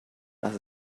das